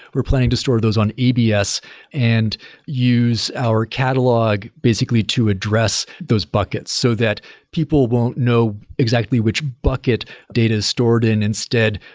we're planning to store those on abs and use our catalog basically to address those buckets, so that people won't know exactly which bucket data is stored in. instead,